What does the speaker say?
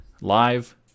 live